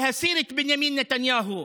להסיר את בנימין נתניהו,